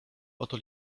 oto